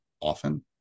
often